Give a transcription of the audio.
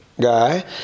guy